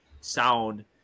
sound